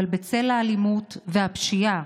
אבל בצל האלימות והפשיעה,